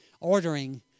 ordering